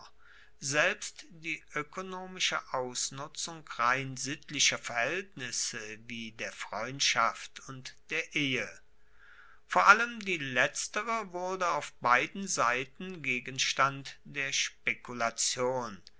selbst die oekonomische ausnutzung rein sittlicher verhaeltnisse wie der freundschaft und der ehe vor allem die letztere wurde auf beiden seiten gegenstand der spekulation